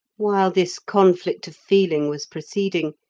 while this conflict of feeling was proceeding,